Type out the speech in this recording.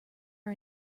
are